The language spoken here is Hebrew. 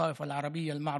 בין אם הצטרפת ובין אם לאו,